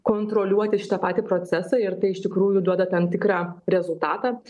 kontroliuoti šitą patį procesą ir tai iš tikrųjų duoda tam tikrą rezultatą